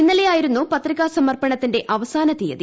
ഇന്നലെയായിരുന്നു പത്രികാസമർപ്പണത്തിന്റെ അവസാനതിയതി